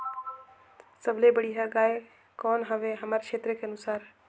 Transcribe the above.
सबले बढ़िया गाय कौन हवे हमर क्षेत्र के अनुसार?